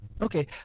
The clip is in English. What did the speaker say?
Okay